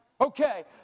Okay